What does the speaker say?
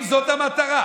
אם זאת המטרה,